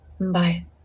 Bye